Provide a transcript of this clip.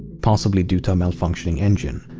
possibly due to a malfunctioning engine.